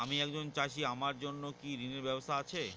আমি একজন চাষী আমার জন্য কি ঋণের ব্যবস্থা আছে?